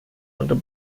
und